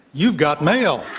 you've got mail